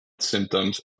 symptoms